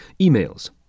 Emails